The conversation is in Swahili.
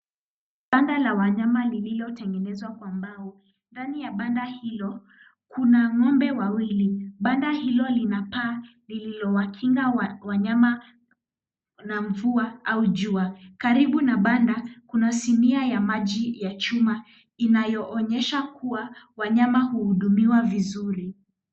Banda la wanyama lililotengenezwa kwa mbao, ndani ya banda hilo kuna ng'ombe wawili, banda hilo lina paa lililowakinga wanyama na mvua au jua, karibu na banda kuna simia ya maji ya chuma inayoonyesha kuwa wanyama hudumiwa vizuri.